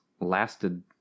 lasted